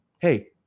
hey